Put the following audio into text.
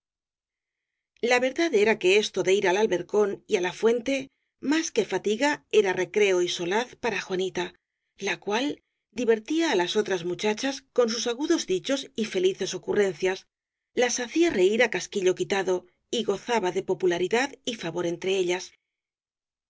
verdad era que esto de ir al albercón y á la fuente más que fatiga era recreo y solaz para jua nita la cual divertía á las otras muchachas con sus agudos dichos y felices ocurrencias las hacía reir á casquillo quitado y gozaba de popularidad y fa vor entre ellas